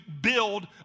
build